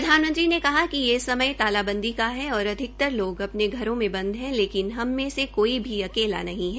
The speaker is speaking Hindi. प्रधानमंत्री ने कहा कि यह समय तालाबंदी का है और अधिकतर लोग अपने घरों में बंद है लेकिन हम मे से कोई अकेला नहीं है